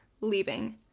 leaving